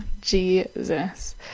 Jesus